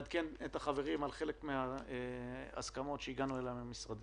אני רוצה לעדכן את החברים על חלק מההסכמות שהגענו אליהן עם המשרדים.